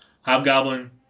Hobgoblin